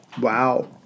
Wow